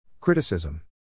Criticism